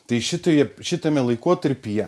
tai šitai šitame laikotarpyje